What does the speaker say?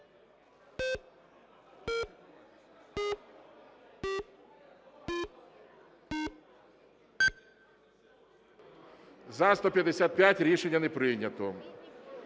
За-155 Рішення не прийнято.